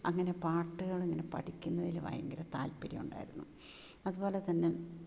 അങ്ങനെ പാട്ടുകളിങ്ങനെ പഠിക്കുന്നതിൽ ഭയങ്കര താത്പര്യം ഉണ്ടായിരുന്നു അതുപോലെതന്നെ